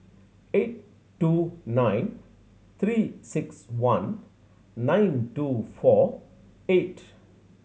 eight two nine Three Six One nine two four eight